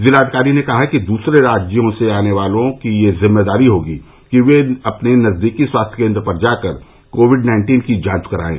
जिलाधिकारी ने कहा कि दूसरे राज्यों से आने वालों की यह जिम्मेदारी होगी कि वे अपने नजदीकी स्वास्थ्य केंद्र पर जाकर कोविड नाइन्टीन की जांच कराएं